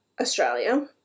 Australia